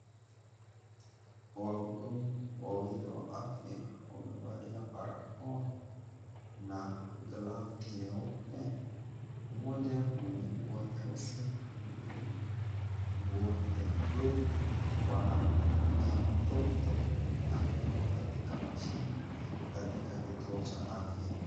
Wahudumu wawili wa afya wamevalia barakoa na glovu nyeupe mmoja mwenye nguo nyeusi na huyu mwingine nguo ya blue wanamhudumia mtoto mwenye amewekwa katika machine katika kituo cha afya.